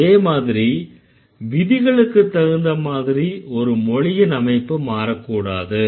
அதேமாதிரி விதிகளுக்குத்தகுந்த மாதிரி ஒரு மொழியின் அமைப்பு மாறக்கூடாது